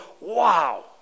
wow